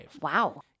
Wow